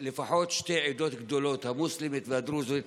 לפחות שתי עדות גדולות, המוסלמית והדרוזית,